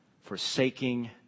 forsaking